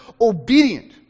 obedient